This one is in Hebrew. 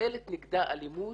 ומופעלת נגדה אלימות,